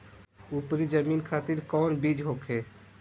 उपरी जमीन खातिर कौन बीज होखे?